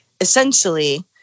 essentially